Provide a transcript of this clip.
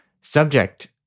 Subject